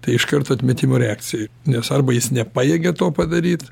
tai iš karto atmetimo reakcija nes arba jis nepajėgia to padaryt